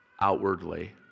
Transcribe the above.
outwardly